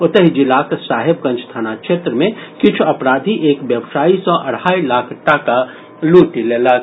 ओतहि जिलाक साहेबगंज थाना क्षेत्र मे किछु अपराधी एक व्यवसायी सॅ अढ़ाई लाख टाका लूटि लेलक